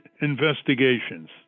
investigations